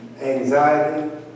anxiety